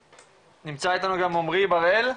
נמצא אתנו גם עמרי בראל.